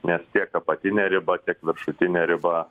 nes tiek apatinė riba tiek viršutinė riba